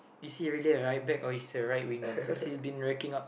is really a right back or a right winger because he's been racking up